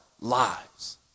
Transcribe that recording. lives